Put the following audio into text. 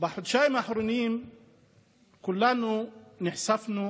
בחודשיים האחרונים כולנו נחשפנו